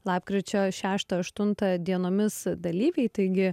lapkričio šeštą aštuntą dienomis dalyviai taigi